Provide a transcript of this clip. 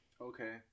Okay